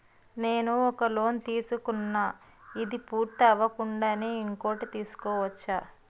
నేను ఒక లోన్ తీసుకున్న, ఇది పూర్తి అవ్వకుండానే ఇంకోటి తీసుకోవచ్చా?